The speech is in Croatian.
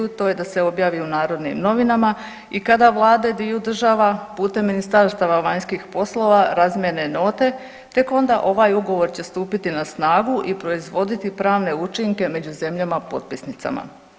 To je da se objavi u Narodnim novinama i kada vlade dviju država putem ministarstava vanjskih poslova razmjene note tek onda ovaj ugovor će stupiti na snagu i proizvoditi pravne učinke među zemljama potpisnicama.